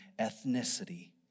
ethnicity